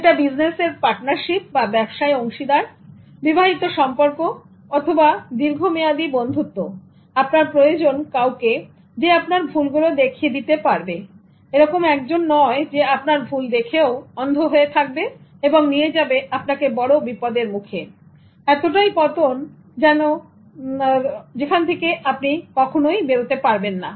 সেটা বিজনেসের পার্টনারশিপ বা ব্যবসার অংশীদার বিবাহিত সম্পর্ক অথবা দীর্ঘমেয়াদী বন্ধুত্ব আপনার প্রয়োজন কাউকে যে আপনার ভুলগুলো দেখিয়ে দিতে পারবে এরকম একজন নয় যে আপনার ভুল দেখেও অন্ধ হয়ে থাকবে এবং নিয়ে যাবে আপনাকে বড় বিপদের মুখেএতটাই পতনযোন থেকে আপনি কখনই বেরোতে পারবেন না